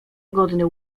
godny